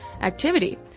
activity